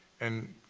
and,